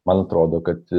man atrodo kad